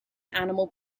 animal